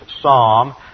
psalm